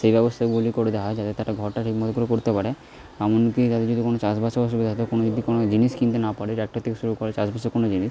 সেই ব্যবস্থাগুলি করে দেওয়া হয় যাতে তারা ঘরটি ঠিক মতো করতে পারে এমনকি তাদের যদি কোনো চাষবাসে অসুবিধা থাকে কোনো যদি কোনো জিনিস কিনতে না পারে ট্র্যাক্টর থেকে শুরু করে চাষবাসের কোনো জিনিস